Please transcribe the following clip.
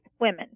women